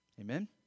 Amen